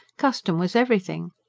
custom was everything.